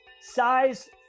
size